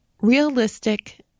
Realistic